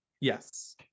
yes